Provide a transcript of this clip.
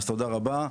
אז תודה רבה.